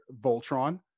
Voltron